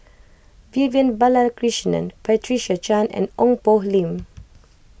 Vivian Balakrishnan Patricia Chan and Ong Poh Lim